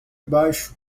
baixo